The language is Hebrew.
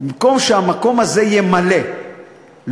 במקום שהמקום הזה יהיה מלא לוחמים,